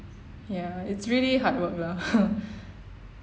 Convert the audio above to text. ya it's really hard work lah